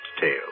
tale